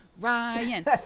Ryan